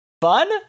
fun